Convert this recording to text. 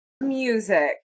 music